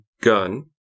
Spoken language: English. gun